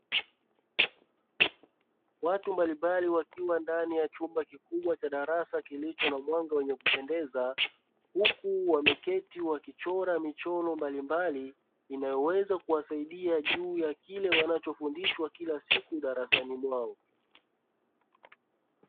Watu mbalimbali wakiwa ndani ya chumba kikubwa cha darasa kilicho na mwanga wenye kupendeza, huku wameketi wakichora michoro mbalimbali inayoweza kuwasaidia juu ya kile wanachofundishwa kilasiku darasani mwao.